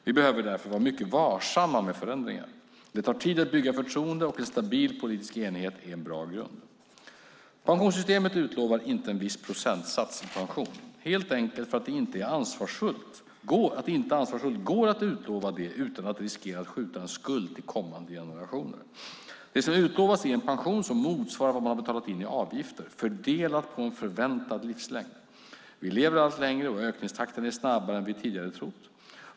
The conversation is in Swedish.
Vi behöver därför vara mycket varsamma med förändringar. Det tar tid att bygga förtroende, och en stabil politisk enighet är en bra grund. Pensionssystemet utlovar inte en viss procentsats i pension - helt enkelt för att det inte ansvarsfullt går att utlova det utan att riskera att skjuta en skuld till kommande generationer. Det som utlovas är en pension som motsvarar vad man betalat in i avgifter - fördelat på en förväntad livslängd. Vi lever allt längre, och ökningstakten är snabbare än vad vi tidigare trott.